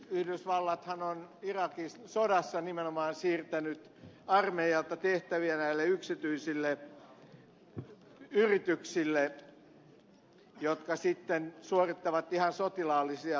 yhdysvallathan on irakin sodassa nimenomaan siirtänyt armeijalta tehtäviä näille yksityisille yrityksille jotka sitten suorittavat ihan sotilaallisia toimiakin